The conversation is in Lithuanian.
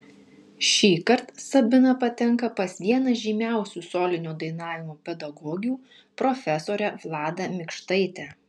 šįkart sabina patenka pas vieną žymiausių solinio dainavimo pedagogių profesorę vladą mikštaitę